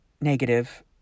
negative